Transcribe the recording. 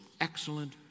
excellent